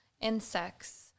insects